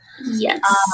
Yes